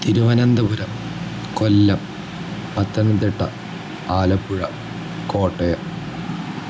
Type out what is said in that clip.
Thiruvananthapuram Kollam Pathanamthitta Alappuzha Kottayam